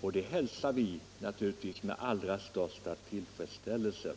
och det hälsar vi naturligtvis med allra största tillfredsställelse.